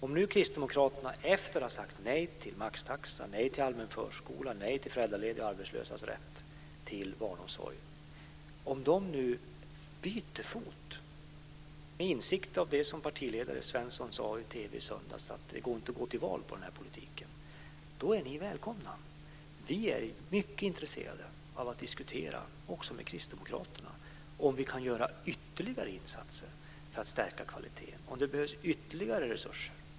Om nu Kristdemokraterna efter att ha sagt nej till maxtaxa, nej till allmän förskola, nej till föräldraledigas och arbetslösas barns rätt till barnomsorg nu byter fot med insikt om det som partiledare Svensson sade i söndags, att det inte går att gå till val på den här politiken, då är ni välkomna. Vi är mycket intresserade av att diskutera också med Kristdemokraterna om vi kan göra ytterligare insatser för att stärka kvaliteten och behovet av ytterligare resurser.